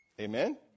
Amen